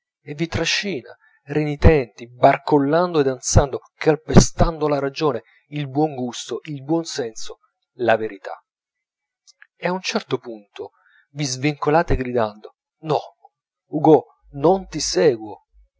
e vi trascina renitenti barcollando ed ansando calpestando la ragione il buon gusto il buon senso la verità e a un certo punto vi svincolate gridando no hugo non ti seguo